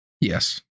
Yes